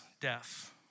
Death